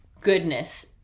goodness